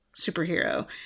superhero